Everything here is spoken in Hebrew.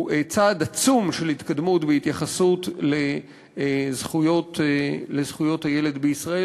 הוא צעד עצום של התקדמות בהתייחסות לזכויות הילד בישראל.